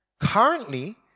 currently